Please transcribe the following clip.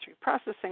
processing